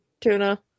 tuna